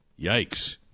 yikes